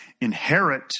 inherit